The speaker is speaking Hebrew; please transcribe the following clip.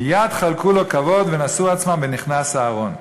מייד חלקו לו כבוד ונשאו עצמם ונכנס הארון.